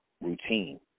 routine